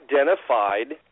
identified